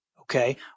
Okay